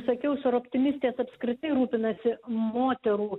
sakiau soroptimistės apskritai rūpinasi moterų